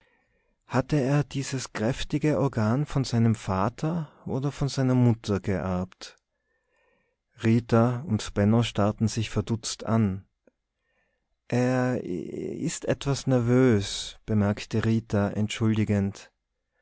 hatte er dieses kräftige organ von seinem vater oder von seiner mutter geerbt rita und benno starrten sich verdutzt an er ist etwas nervös bemerkte rita entschuldigend